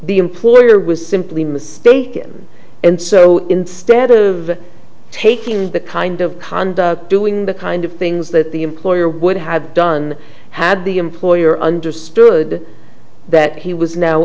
the employer was simply mistaken and so instead of taking the kind of conduct doing the kind of things that the employer would have done had the employer understood that he was now